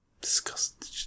Disgusting